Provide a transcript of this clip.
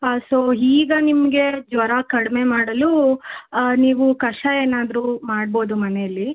so ಈಗ ನಿಮಗೆ ಜ್ವರ ಕಡಿಮೆ ಮಾಡಲು ನೀವು ಕಷಾಯ ಏನಾದರೂ ಮಾಡ್ಬೋದು ಮನೆಯಲ್ಲಿ